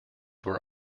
were